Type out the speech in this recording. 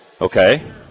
okay